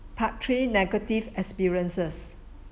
part three negative experiences